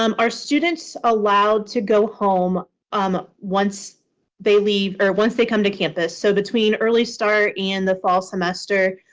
um are students allowed to go home um once they leave or once they come to campus? so between early start and the fall semester,